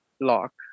lock